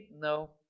No